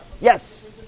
Yes